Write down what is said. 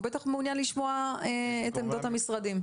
בטח מעוניין לשמוע את עמדות המשרדים.